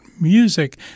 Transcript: music